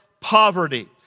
poverty